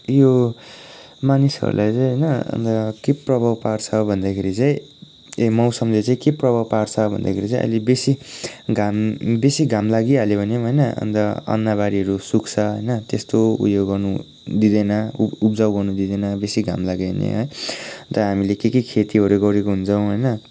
यो मानिसहरूलाई चाहिँ होइन अन्त के प्रभाव पार्छ भन्दाखेरि चाहिँ ए मौसमले चाहिँ के प्रभाव पार्छ भन्दाखेरि चाहिँ अहिले बेसी घाम बेसी घाम लागिहाल्यो भने पनि होइन अन्त अन्नबालीहरू सुक्छ होइन त्यस्तो उयो गर्नुदिँदैन उ उब्जाउ गर्नुदिँदैन बेसी घाम लाग्यो भने है अन्त हामीले के के खेतीहरू गरेको हुन्छौँ होइन